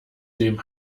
dem